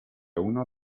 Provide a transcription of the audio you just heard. uno